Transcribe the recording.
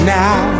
now